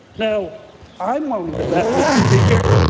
now i'm willing to bet, mr. speaker,